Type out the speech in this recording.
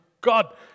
God